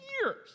years